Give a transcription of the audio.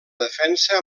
defensa